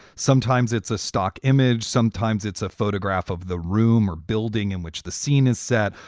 sometimes it's a stock image. sometimes it's a photograph of the room or building in which the scene is set,